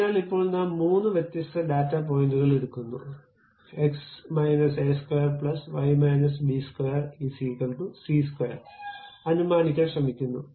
അതിനാൽ ഇപ്പോൾ നാം മൂന്ന് വ്യത്യസ്ത ഡാറ്റാ പോയിന്റുകൾ എടുക്കുന്നു 2 2 C2 അനുമാനിക്കാൻ ശ്രമിക്കുന്നു